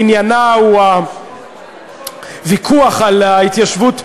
עניינה הוא הוויכוח על ההתיישבות,